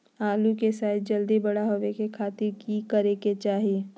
आलू के साइज जल्दी बड़ा होबे के खातिर की करे के चाही?